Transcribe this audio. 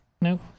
No